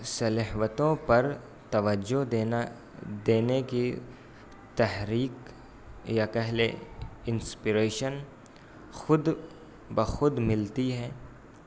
صلاحیتوں پر توجہ دینا دینے کی تحریک یا کہ لیں انسپریشن خود بخود ملتی ہے